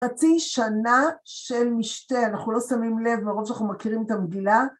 חצי שנה של משתה, אנחנו לא שמים לב, מרוב שאנחנו מכירים את המגילה.